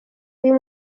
uyu